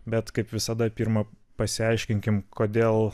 bet kaip visada pirma pasiaiškinkim kodėl